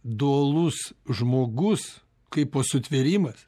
dualus žmogus kaipo sutvėrimas